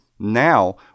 Now